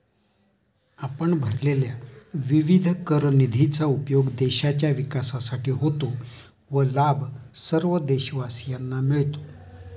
आपण भरलेल्या विविध कर निधीचा उपयोग देशाच्या विकासासाठी होतो व लाभ सर्व देशवासियांना मिळतो